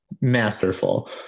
masterful